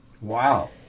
Wow